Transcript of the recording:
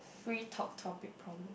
free talk topics prompt